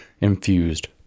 infused